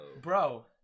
bro